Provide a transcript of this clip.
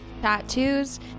tattoos